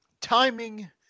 timing